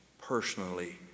personally